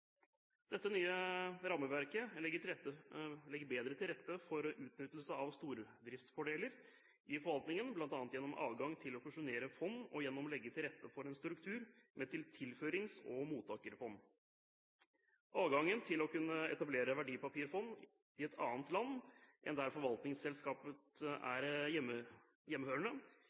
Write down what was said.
nye rammeverket legger bedre til rette for utnyttelse av stordriftsfordeler i forvaltningen, bl.a. gjennom adgang til å fusjonere fond og gjennom å legge til rette for en struktur med tilførings- og mottakerfond. Adgangen til å kunne etablere verdipapirfond i et annet land enn der forvaltningsselskapet er hjemmehørende,